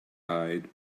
eyed